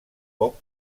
poc